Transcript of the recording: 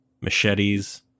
machetes